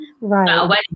Right